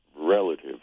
relative